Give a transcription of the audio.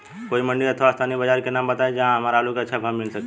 कोई मंडी अथवा स्थानीय बाजार के नाम बताई जहां हमर आलू के अच्छा भाव मिल सके?